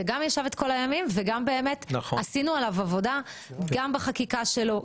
זה גם ישב את כל הימים וגם באמת עשינו עליו עבודה גם בחקיקה שלו,